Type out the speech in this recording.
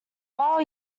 raoul